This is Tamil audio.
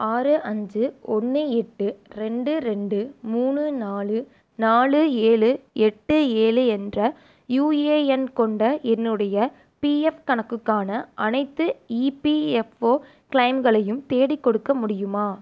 ஆறு அஞ்சு ஒன்று எட்டு ரெண்டு ரெண்டு மூணு நாலு நாலு ஏழு எட்டு ஏழு என்ற யூஏஎன் கொண்ட என்னுடைய பிஎஃப் கணக்குக்கான அனைத்து ஈபிஎஃப்ஓ கிளெய்ம்களையும் தேடிக்கொடுக்க முடியுமா